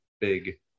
big